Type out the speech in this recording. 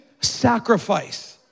sacrifice